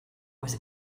was